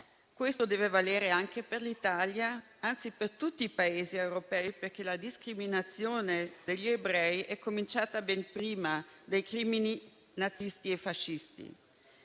Questo deve valere anche per l'Italia, anzi per tutti i Paesi europei perché la discriminazione degli ebrei è cominciata ben prima dei crimini nazisti e fascisti.